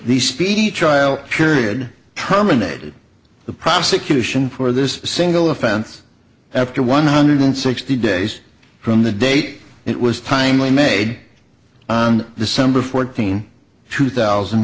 the speedy trial period terminated the prosecution for this single offense after one hundred sixty days from the date it was timely made on december fourteenth two thousand